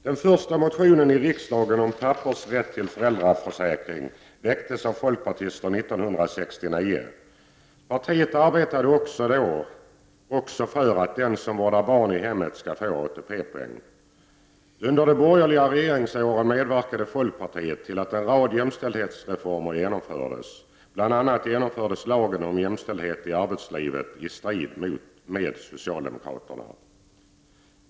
Den första motionen i riksdagen gällande pappors rätt till föräldraförsäkring väcktes av folkpartister 1969. Partiet arbetade också för att den som vårdar barn i hemmet skall få ATP-poäng. Under de borgerliga regeringsåren medverkade folkpartiet till att en rad jämställdhetsreformer genomfördes. Bl.a. genomfördes lagen om jämställdhet i arbetslivet, i strid med socialdemokraterna.